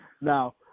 Now